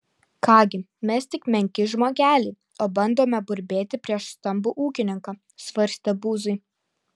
ką gi mes tik menki žmogeliai o bandome burbėti prieš stambų ūkininką svarstė buzai